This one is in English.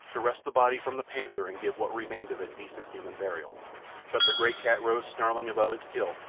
to wrest the body from the panther and give what remained of it decent human burial but the great cat rose snarling above its kill,